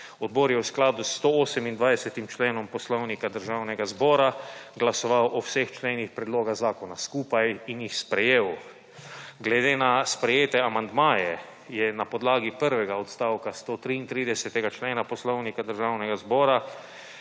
Odbor je v skladu s 128. členom Poslovnika Državnega zbora glasoval o vseh členih predloga zakona skupaj in jih sprejel. Glede na sprejete amandmaje je na podlagi prvega odstavka 133. člena Poslovnika Državnega zbora